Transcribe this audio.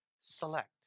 select